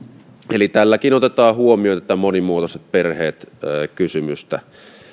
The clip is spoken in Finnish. eli tälläkin otetaan huomioon tätä monimuotoiset perheet kysymystä